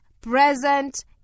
present